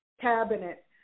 cabinet